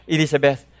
Elizabeth